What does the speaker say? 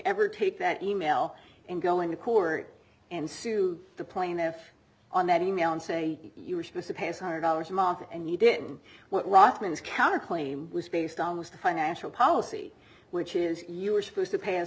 ever take that e mail and going to court and sued the plaintiff on that e mail and say you were supposed to pass hundred dollars a month and you didn't what rothman's counter claim was based on most financial policy which is you were supposed to pa